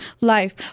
life